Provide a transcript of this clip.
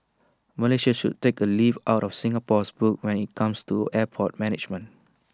Malaysia should take A leaf out of Singapore's book when IT comes to airport management